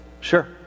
Sure